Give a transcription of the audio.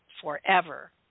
Forever